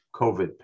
COVID